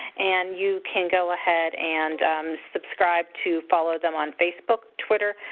and you can go ahead and subscribe to follow them on facebook, twitter,